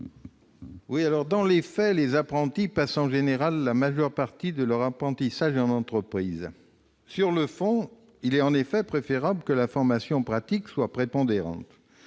? Dans les faits, les apprentis passent en général la majeure partie de leur apprentissage en entreprise. Il est en effet préférable que la formation pratique soit prépondérante.